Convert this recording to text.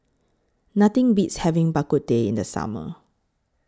Nothing Beats having Bak Kut Teh in The Summer